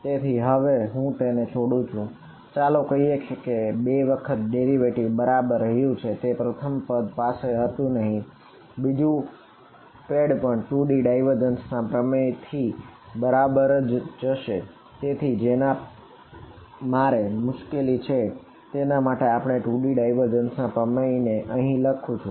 તેથી હવે હું તેને છોડું છું ચાલો કહીએ કે બે વખત ડેરિવેટિવ ના પ્રમેય ને અહીં લખું છું